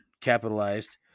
capitalized